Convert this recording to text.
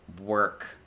work